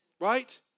Right